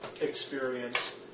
experience